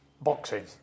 boxing